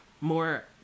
more